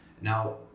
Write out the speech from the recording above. now